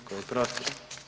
Tko je protiv?